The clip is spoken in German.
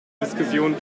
diskussionen